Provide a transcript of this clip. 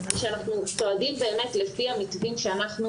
ושאנחנו צועדים באמת לפי המתווים שאנחנו